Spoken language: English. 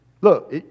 look